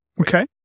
Okay